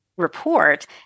Report